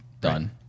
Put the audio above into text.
Done